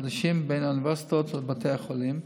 חדשים בין האוניברסיטאות לבתי החולים,